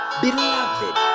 beloved